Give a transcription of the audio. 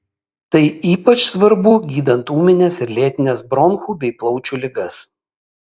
tai ypač svarbu gydant ūmines ir lėtines bronchų bei plaučių ligas